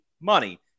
money